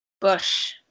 bush